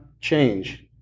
change